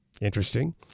Interesting